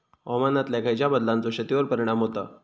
हवामानातल्या खयच्या बदलांचो शेतीवर परिणाम होता?